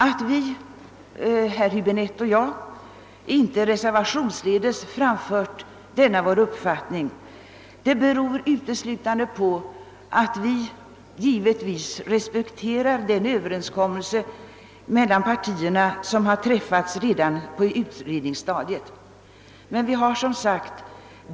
Att herr Häbinette och jag inte reservationsledes framför denna vår uppfattning beror uteslutande på att vi givetvis respekterar den överenskommelse som har träffats mellan partierna redan på utredningsstadiet.